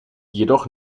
jedoch